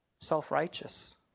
Self-righteous